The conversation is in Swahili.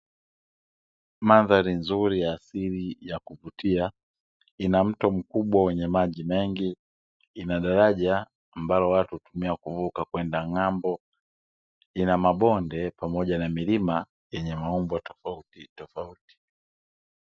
Mandhari nzuri ya asili ya kuvutia, ina mto mkubwa wenye majI mengi. Ina daraja ambalo watu hutumia kuvuka kwenda ng'ambo, ina mabonde pamoja na milima yenye maumbo tofautitofauti.